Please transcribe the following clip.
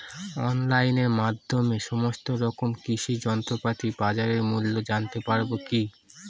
অনলাইনের মাধ্যমে সমস্ত রকম কৃষি যন্ত্রপাতির বাজার মূল্য জানতে পারবো কি?